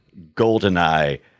GoldenEye